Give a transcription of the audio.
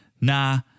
nah